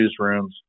newsrooms